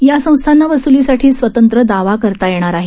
या संस्थांना वसुलीसाठी स्वतंत्र दावा करता येणार आहे